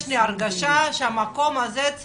יש לי הרגשה שצריך